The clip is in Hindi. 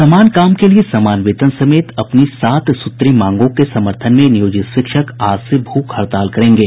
समान काम के लिए समान वेतन समेत अपनी सात सूत्री मांगों के समर्थन में नियोजित शिक्षक आज से भूख हड़ताल करेंगे